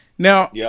Now